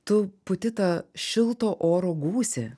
tu puti tą šilto oro gūsį